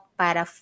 para